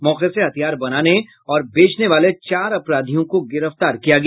मौके से हथियार बनाने और बेचने वाले चार अपराधियों को गिरफ्तार किया गया